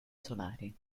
solari